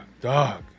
dog